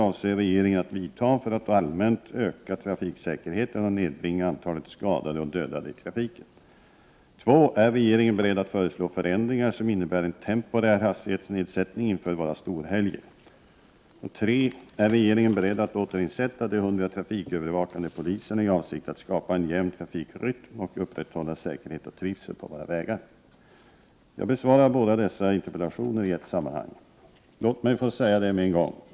Är regeringen beredd att föreslå förändringar som innebär en temporär hastighetsnedsättning inför våra storhelger? 3. Är regeringen beredd att återinsätta de hundra trafikövervakande poliserna i avsikt att skapa en jämn trafikrytm och upprätthålla säkerhet och trivsel på våra vägar? Jag besvarar båda dessa interpellationer i ett sammanhang. Låt mig få säga det med en gång.